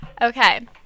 Okay